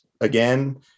again